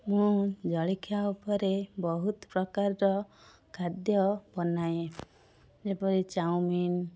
ମୁଁ ଜଳଖିଆ ଉପରେ ବହୁତ ପ୍ରକାରର ଖାଦ୍ୟ ବନାଏ ଯେପରି ଚାଓମିନ